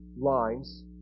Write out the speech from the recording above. lines